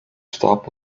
stop